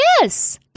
Yes